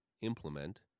implement